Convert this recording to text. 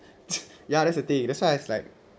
ya that's the thing that's why it's like